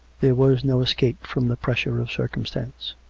there was no escape from the pressure of circum stance.